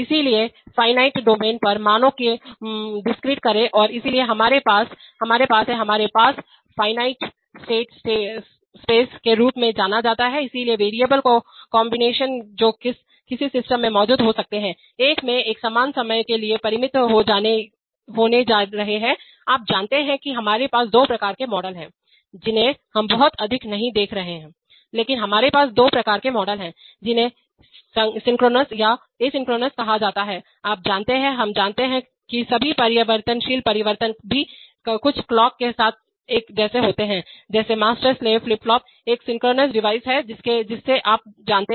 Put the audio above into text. इसलिए परिमित डोमेन पर मानों को डिस्क्रीट करें और इसलिए हमारे पास हमारे पास है हमारे पास परिमित फॉयनाइट स्टेट स्पेस के रूप में जाना जाता है इसलिए चरवेरिएबल के कॉन्बिनेशन जो किसी सिस्टम में मौजूद हो सकते हैं एक में एक समान समय के लिए परिमित होने जा रहे हैं आप जानते हैं कि हमारे पास दो प्रकार के मॉडल हैं जिन्हें हम बहुत अधिक नहीं देख रहे हैं लेकिन हमारे पास दो प्रकार के मॉडल हैं जिन्हें सिंक्रोनस या एक एसिंक्रोनस कहा जाता है जहां आप जानते हैं हम मानते हैं कि सभी परिवर्तनशील परिवर्तन भी कुछ क्लॉक के साथ साथ एक जैसे होते हैं जैसे मास्टर स्लेव फ्लिप फ्लॉप एक सिंक्रोनस डिवाइस है जिससे आप जानते हैं